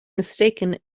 mistaken